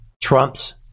Trump's